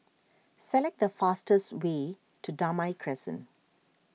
select the fastest way to Damai Crescent